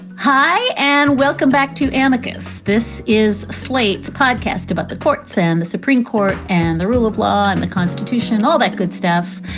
hi and welcome back to amicus. this is slate's podcast about the courts and the supreme court and the rule of law and the constitution, all that good stuff.